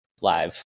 live